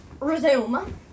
resume